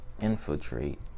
infiltrate